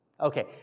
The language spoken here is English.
Okay